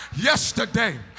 Yesterday